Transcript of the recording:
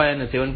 5 અને 5